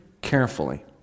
carefully